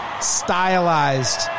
stylized